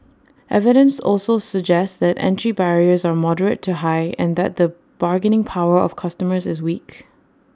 evidence also suggests that entry barriers are moderate to high and that the bargaining power of customers is weak